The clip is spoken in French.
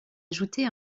ajouter